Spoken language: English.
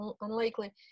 unlikely